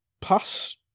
pass